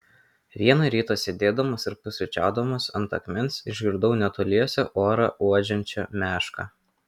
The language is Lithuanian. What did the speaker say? vieną rytą sėdėdamas ir pusryčiaudamas ant akmens išgirdau netoliese orą uodžiančią mešką